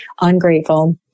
ungrateful